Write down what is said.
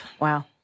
Wow